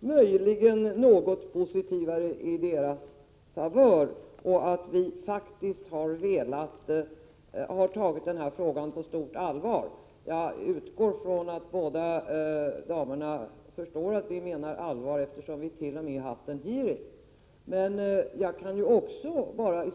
möjligen är något positivare i deras favör och att vi faktiskt har tagit den här frågan på stort allvar. Jag utgår från att båda damerna förstår att vi menar allvar, eftersom utskottet t.o.m. har haft en hearing i frågan.